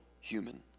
human